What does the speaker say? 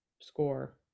score